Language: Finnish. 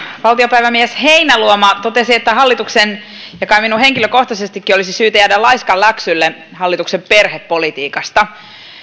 valtiopäivämies heinäluoma totesi että hallituksen ja kai minun henkilökohtaisestikin olisi syytä jäädä laiskanläksylle hallituksen perhepolitiikasta